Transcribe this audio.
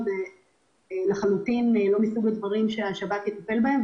זה לחלוטין לא מתפקידו של השירות והוא לא יטפל בהם.